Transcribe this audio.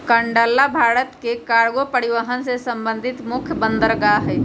कांडला भारत के कार्गो परिवहन से संबंधित मुख्य बंदरगाह हइ